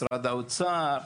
משרד האוצר,